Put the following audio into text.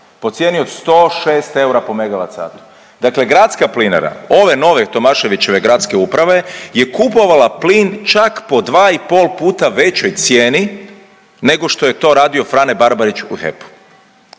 Po cijeni od 106 eura po Megavatsatu. Dakle, gradska plinara, ove nove Tomaševićeve gradske uprave je kupovala plin čak po 2 i pol puta većoj cijeni nego što je to radio Frane Barbarić u HEP-u,